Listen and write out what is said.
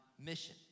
mission